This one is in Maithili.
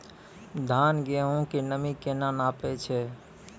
धान, गेहूँ के नमी केना नापै छै?